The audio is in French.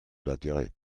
d’intérêt